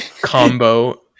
combo